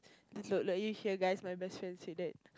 you hear guy's my best friend say that